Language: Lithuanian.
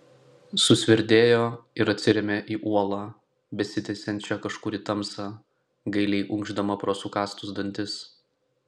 susverdėjo ir atsirėmė į uolą besitęsiančią kažkur į tamsą gailiai unkšdama pro sukąstus dantis